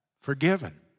forgiven